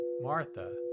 Martha